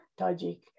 Tajik